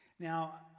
Now